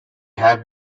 have